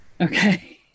Okay